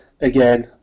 again